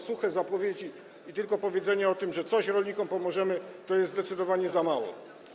Suche zapowiedzi i tylko powiedzenie o tym, że coś rolnikom pomożemy, to jest zdecydowanie za mało.